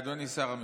אדוני שר המשפטים,